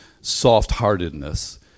soft-heartedness